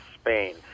Spain